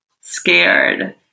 scared